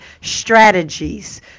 strategies